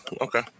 okay